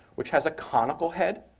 which has a conical head,